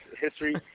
history